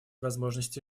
возможности